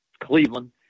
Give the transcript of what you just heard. Cleveland